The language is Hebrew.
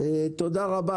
תודה רבה.